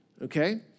okay